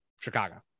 Chicago